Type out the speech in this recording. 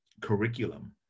curriculum